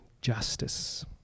justice